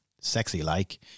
sexy-like